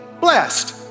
blessed